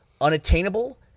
unattainable